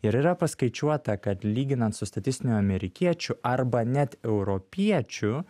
ir yra paskaičiuota kad lyginant su statistiniu amerikiečiu arba net europiečiu